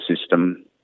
system